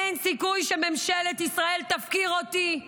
אין סיכוי שממשלת ישראל תפקיר אותי.